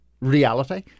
Reality